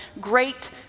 great